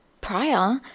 prior